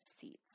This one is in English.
seats